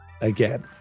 again